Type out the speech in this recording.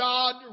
God